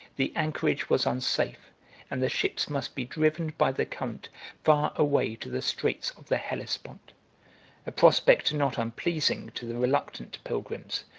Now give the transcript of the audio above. the anchorage was unsafe and the ships must be driven by the current far away to the straits of the hellespont a prospect not unpleasing to the reluctant pilgrims,